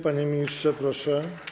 Panie ministrze, proszę.